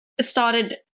started